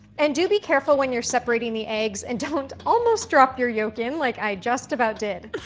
and do be careful when you're separating the eggs and don't almost drop your yolk in, like i just about did.